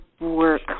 work